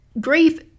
Grief